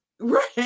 Right